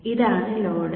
ഇതാണ് ലോഡ്